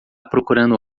procurando